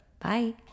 Bye